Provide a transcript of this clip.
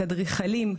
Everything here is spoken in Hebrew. אדריכלים,